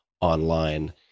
online